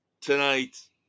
tonight